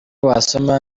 wasoma